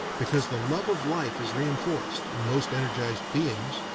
because the love of life is reenforced, in most energized beings,